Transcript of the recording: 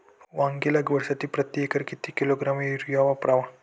वांगी लागवडीसाठी प्रती एकर किती किलोग्रॅम युरिया वापरावा?